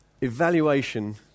Evaluation